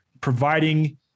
providing